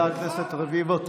חבר הכנסת רביבו,